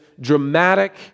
dramatic